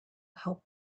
help